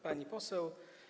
Pani Poseł!